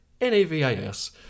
N-A-V-I-S